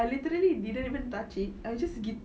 I literally didn't even touch it I was just